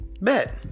Bet